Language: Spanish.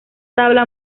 tabla